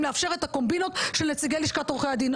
לאפשר את הקומבינות של נציגי לשכת עורכי הדין.